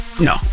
No